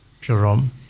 Jerome